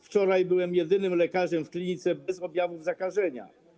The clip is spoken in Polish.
Wczoraj byłem jedynym lekarzem w klinice bez objawów zakażenia.